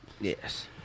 Yes